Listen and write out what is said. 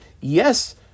yes